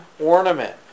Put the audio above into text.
ornament